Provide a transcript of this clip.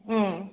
अँ